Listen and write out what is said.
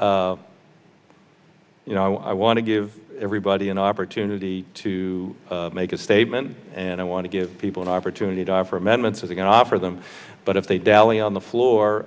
e you know i want to give everybody an opportunity to make a statement and i want to give people an opportunity to offer amendments that we can offer them but if they dally on the floor